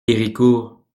héricourt